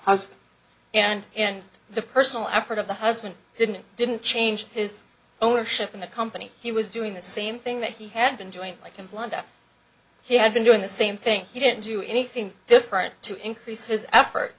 house and and the personal effort of the husband didn't didn't change his ownership in the company he was doing the same thing that he had been joint like and one day he had been doing the same thing he didn't do anything different to increase his effort